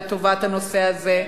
לטובת הנושא הזה.